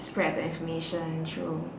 spread the information through